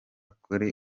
kuri